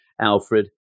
Alfred